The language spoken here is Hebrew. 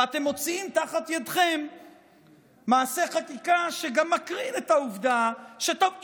ואתם מוציאים תחת ידכם מעשה חקיקה שגם מקרין את העובדה שטוב,